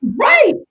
Right